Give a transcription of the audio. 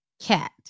cat